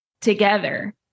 together